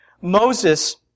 Moses